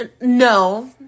No